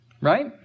right